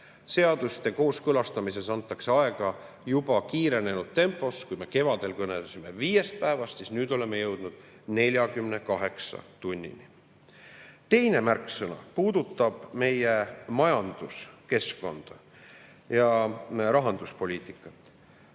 Seaduste kooskõlastamisel antakse aega juba kiirenenud tempos. Kui me kevadel kõnelesime viiest päevast, siis nüüd oleme jõudnud 48 tunnini. Teine märksõna puudutab meie majanduskeskkonda ja rahanduspoliitikat.